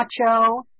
macho